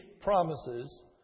promises